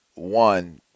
One